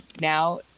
now